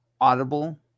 Audible